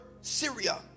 Syria